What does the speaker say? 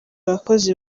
abakozi